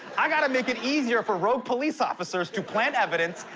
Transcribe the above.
i got to make it easier for rogue police officers to plant evidence,